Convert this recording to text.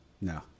No